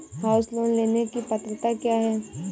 House loan लेने की पात्रता क्या है?